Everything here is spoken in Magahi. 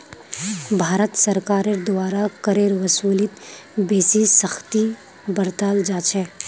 भारत सरकारेर द्वारा करेर वसूलीत बेसी सख्ती बरताल जा छेक